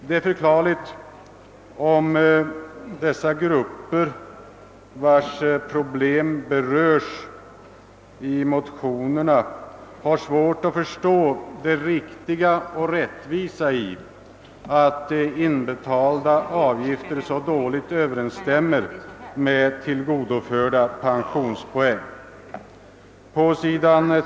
Det är förklarligt om dessa grupper, vilkas problem berörs i motionerna, har svårt att förstå det riktiga och rättvisa i att inbetalda avgifter så dåligt överensstämmer med tillgodoförda pensionspoäng. På sid.